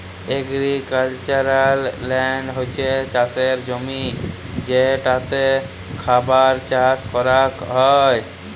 agricultural land হছ্যে চাসের জমি যেটাতে খাবার চাস করাক হ্যয়